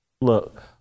look